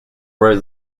were